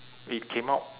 it came out